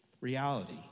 reality